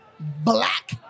Black